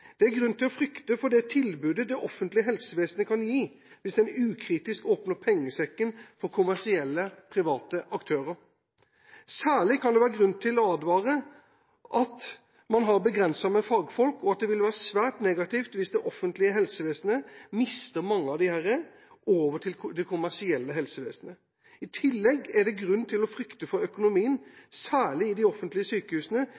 Det er grunn til å frykte for det tilbudet det offentlige helsevesenet kan gi, hvis en ukritisk åpner pengesekken for kommersielle, private aktører. Særlig kan det være grunn til å advare om at man har begrenset med fagfolk, og at det vil være svært negativt hvis det offentlige helsevesenet mister mange av disse til det kommersielle helsevesenet. I tillegg er det grunn til å frykte for økonomien, særlig i de offentlige sykehusene,